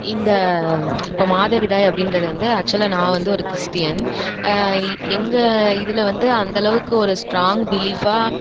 இந்த இப்போ மாதவிடாய் அப்டின்றதை வந்து ஆக்சுவலாக நான் வந்து ஒரு கிறிஸ்டீன் எங்கள் இதில் வந்து அந்தளவுக்கு ஒரு ஸ்ட்ராங் பிலீஃப்பா